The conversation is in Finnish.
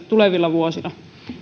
tulevina vuosina